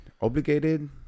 obligated